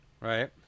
Right